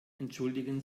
entschuldigen